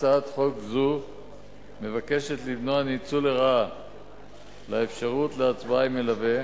הצעת חוק זו מבקשת למנוע ניצול לרעה של האפשרות להצבעה עם מלווה,